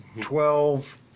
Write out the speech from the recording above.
twelve